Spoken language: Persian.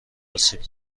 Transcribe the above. آسیب